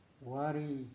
worry